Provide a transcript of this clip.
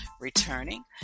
returning